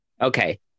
Okay